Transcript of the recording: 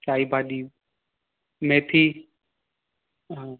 साई भाॼी मेथी हा